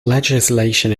legislation